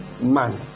man